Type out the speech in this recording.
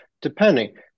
Depending